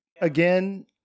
again